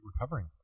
recovering